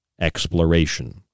exploration